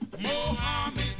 Mohammed